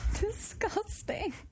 Disgusting